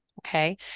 Okay